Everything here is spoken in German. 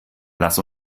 lass